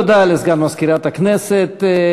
תודה לסגן מזכירת הכנסת.